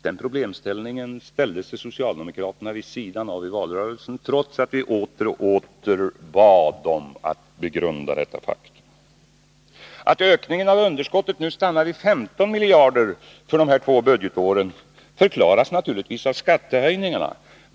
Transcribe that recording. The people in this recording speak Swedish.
Den problemställningen ställde sig socialdemokraterna vid sidan av i valrörelsen, trots att vi åter och åter bad dem att begrunda detta faktum. Att ökningen av underskottet nu stannar vid 15 miljarder för de här två budgetåren förklaras givetvis av skattehöjningarna.